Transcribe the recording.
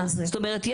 זאת אומרת,